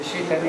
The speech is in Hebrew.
ראשית,